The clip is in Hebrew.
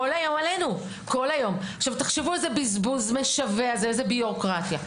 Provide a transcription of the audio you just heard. זה בזבוז משווע, ואיזה ביורוקרטיה.